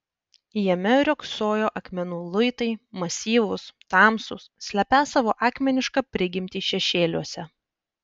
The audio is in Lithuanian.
jame riogsojo akmenų luitai masyvūs tamsūs slepią savo akmenišką prigimtį šešėliuose